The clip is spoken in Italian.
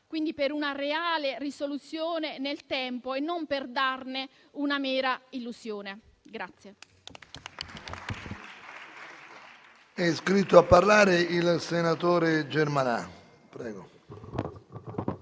per una reale risoluzione nel tempo e non per darne una mera illusione.